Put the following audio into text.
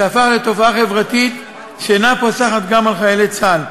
שהפך לתופעה חברתית שאינה פוסחת גם על חיילי צה"ל.